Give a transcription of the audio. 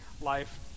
life